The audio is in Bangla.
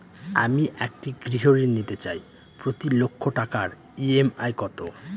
আমি একটি গৃহঋণ নিতে চাই প্রতি লক্ষ টাকার ই.এম.আই কত?